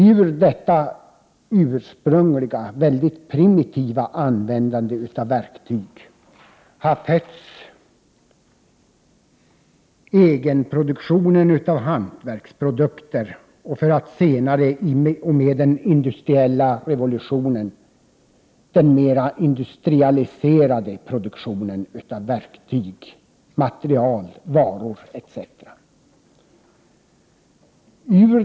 Ur detta ursprungliga, mycket primitiva användande av verktyg har fötts egenproduktionen av hantverksprodukter för att senare med den industriella revolutionen övergå i den mera industrialiserade produktionen av verktyg, material, varor etc.